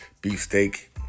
beefsteak